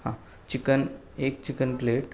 हां चिकन एक chicken plate